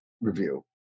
review